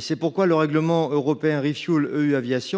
C’est pourquoi le règlement européen